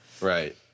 Right